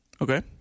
okay